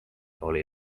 oli